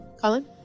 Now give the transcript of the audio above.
colin